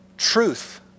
truth